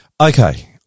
Okay